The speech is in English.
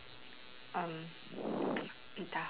um entah